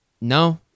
No